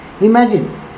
Imagine